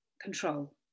control